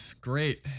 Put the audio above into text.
great